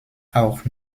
auch